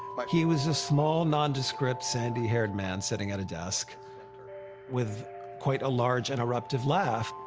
he was a small, nondescript, sandy-haired man sitting at a desk with quite a large and eruptive laugh.